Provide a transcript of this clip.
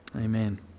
amen